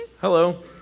Hello